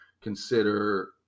consider